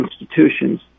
institutions